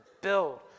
build